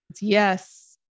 yes